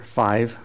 five